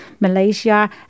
Malaysia